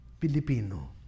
Filipino